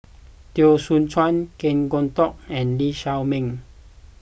Teo Soon Chuan Kan Kwok Toh and Lee Shao Meng